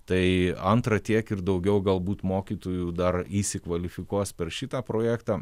tai antra tiek ir daugiau galbūt mokytojų dar įsikvalifikuos per šitą projektą